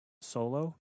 Solo